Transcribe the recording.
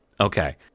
okay